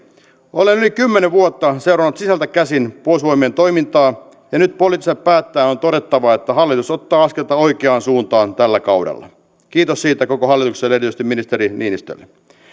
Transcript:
yli kymmenen vuotta seurannut sisältä käsin puolustusvoimien toimintaa ja nyt poliittisena päättäjänä on todettava että hallitus ottaa askelta oikeaan suuntaan tällä kaudella kiitos siitä koko hallitukselle erityisesti ministeri niinistölle